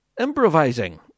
improvising